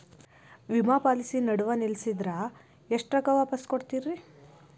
ವಿಮಾ ಪಾಲಿಸಿ ನಡುವ ನಿಲ್ಲಸಿದ್ರ ಎಷ್ಟ ರೊಕ್ಕ ವಾಪಸ್ ಕೊಡ್ತೇರಿ?